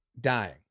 dying